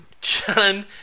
John